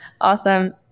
Awesome